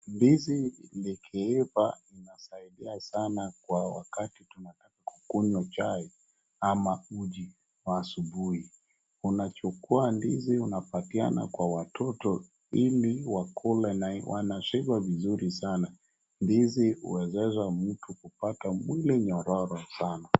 Ndizi likiiva linasaidia sana kwa wakati tunataka kukunywa chai ama uji wa asubuhi. Unachukua ndizi unapatiana kwa watoto ili wakule. Na wanashiba vizuri sana. Ndizi huwezesha mtu kupata mwili nyororo sana.